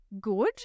good